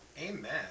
Amen